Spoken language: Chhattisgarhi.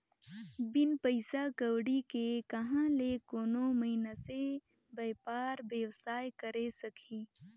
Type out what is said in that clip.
बिन पइसा कउड़ी के कहां ले कोनो मइनसे बयपार बेवसाय करे सकही